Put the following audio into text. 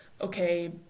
Okay